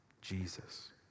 Jesus